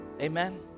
amen